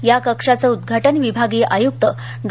या कक्षाचे उद्घाटन विभागीय आयुक्त डॉ